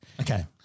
Okay